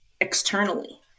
externally